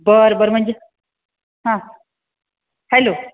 बरं बरं म्हणजे हां हॅलो